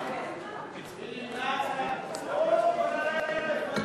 כל הלילה לפנינו.